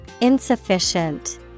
Insufficient